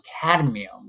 cadmium